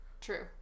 True